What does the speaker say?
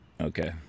Okay